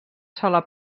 sola